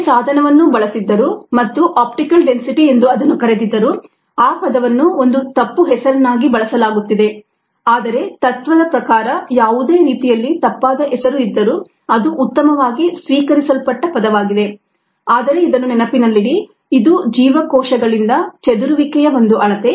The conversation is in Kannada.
ಅದೇ ಸಾಧನವನ್ನು ಬಳಸಿದ್ದರೂ ಮತ್ತು ಆಪ್ಟಿಕಲ್ ಡೆನ್ಸಿಟಿ ಎಂದು ಅದನ್ನು ಕರೆದಿದ್ದರು ಆ ಪದವನ್ನು ಒಂದು ತಪ್ಪು ಹೆಸರನ್ನಾಗಿ ಬಳಸಲಾಗುತ್ತಿದೆ ಆದರೆ ತತ್ತ್ವದ ಪ್ರಕಾರ ಯಾವುದೇ ರೀತಿಯಲ್ಲಿ ತಪ್ಪಾದ ಹೆಸರು ಇದ್ದರು ಅದು ಉತ್ತಮವಾಗಿ ಸ್ವೀಕರಿಸಲ್ಪಟ್ಟ ಪದವಾಗಿದೆ ಆದರೆ ಇದನ್ನು ನೆನಪಿನಲ್ಲಿಡಿ ಇದು ಜೀವಕೋಶಗಳಿಂದ ಚದುರುವಿಕೆಯ ಒಂದು ಅಳತೆ